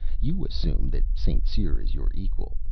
you assume that st. cyr is your equal.